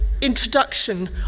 introduction